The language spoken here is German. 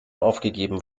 aufgegeben